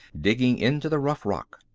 digging into the rough rock.